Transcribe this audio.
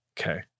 Okay